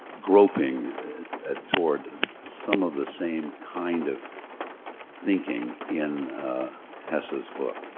groping ah toward some of the same kind of thinking in hesse's but